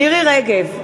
מירי רגב,